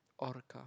orca